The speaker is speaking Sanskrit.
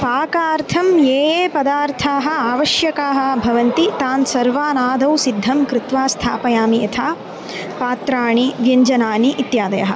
पाकार्थं ये ये पदार्थाः आवश्यकाः भवन्ति तान् सर्वान् आदौ सिद्धं कृत्वा स्थापयामि यथा पात्राणि व्यञ्जनानि इत्यादयः